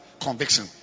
conviction